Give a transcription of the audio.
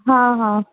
हा हा